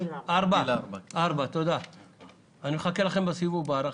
לכם בסיבוב, בהארכה,